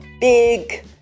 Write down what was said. big